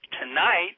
tonight